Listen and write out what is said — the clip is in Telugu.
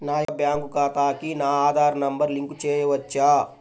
నా యొక్క బ్యాంక్ ఖాతాకి నా ఆధార్ నంబర్ లింక్ చేయవచ్చా?